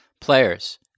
players